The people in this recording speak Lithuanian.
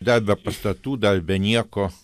dar be pastatų dar be nieko